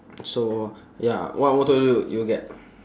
so ya what motor you you get